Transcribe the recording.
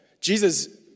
Jesus